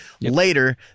later